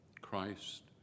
Christ